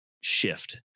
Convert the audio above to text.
shift